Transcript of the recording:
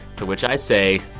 to which i say,